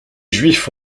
juifs